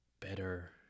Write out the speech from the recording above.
better